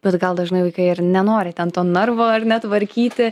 bet gal dažnai vaikai ir nenori ten to narvo ar ne tvarkyti